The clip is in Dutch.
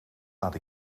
laat